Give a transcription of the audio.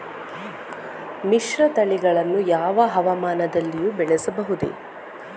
ಮಿಶ್ರತಳಿಗಳನ್ನು ಯಾವ ಹವಾಮಾನದಲ್ಲಿಯೂ ಬೆಳೆಸಬಹುದೇ?